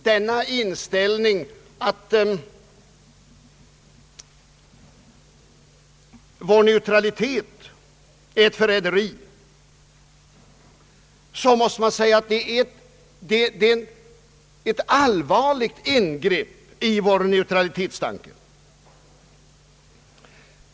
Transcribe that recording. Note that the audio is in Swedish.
Denna inställning, att vår neutralitet betyder ett förräderi, är ett allvarligt ingrepp i vår neutralitetstanke.